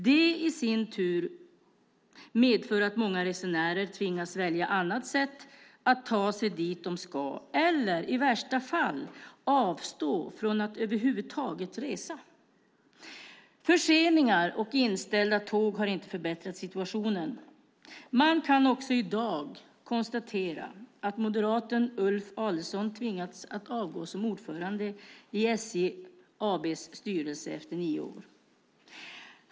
Det i sin tur medför att många resenärer tvingas välja annat sätt att ta sig dit de ska, eller i värsta fall avstå från att över huvud taget resa. Förseningar och inställda tåg har inte förbättrat situationen. Man kan i dag konstatera att moderaten Ulf Adelsohn tvingats avgå som ordförande i SJ AB:s styrelse efter nio år.